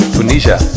Tunisia